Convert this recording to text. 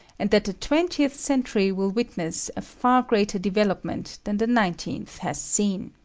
and that the twentieth century will witness a far greater development than the nineteenth has seen.